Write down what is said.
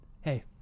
hey